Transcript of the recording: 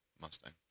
Mustang